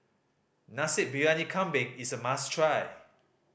Nasi Briyani Kambing is a must try